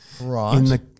Right